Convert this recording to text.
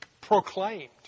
proclaimed